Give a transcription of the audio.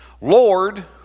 Lord